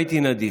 והייתי נדיב.